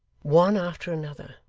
one after another,